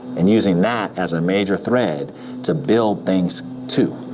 and using that as a major thread to build things too.